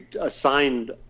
assigned